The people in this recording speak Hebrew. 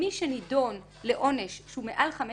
מי שנידון לעונש שהוא מעל 15